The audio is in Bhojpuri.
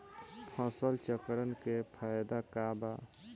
फसल चक्रण के फायदा का बा?